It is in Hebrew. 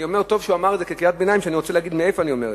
לכן אני אומר,